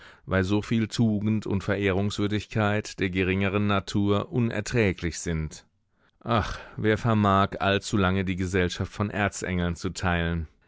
weil soviel tugend und verehrungswürdigkeit der geringeren natur unerträglich sind ach wer vermag allzulange die gesellschaft von erzengeln zu teilen